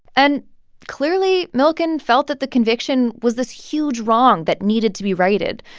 and clearly, milken felt that the conviction was this huge wrong that needed to be righted,